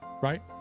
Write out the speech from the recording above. right